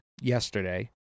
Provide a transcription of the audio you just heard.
yesterday